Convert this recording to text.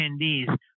attendees